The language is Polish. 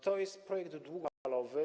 To jest projekt długofalowy.